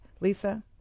Lisa